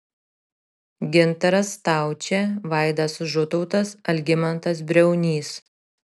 gintaras staučė vaidas žutautas algimantas briaunys